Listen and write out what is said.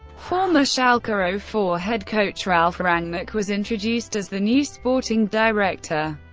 former schalke ah so four head coach ralf rangnick was introduced as the new sporting director.